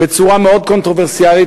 בצורה מאוד קונטרוברסיאלית.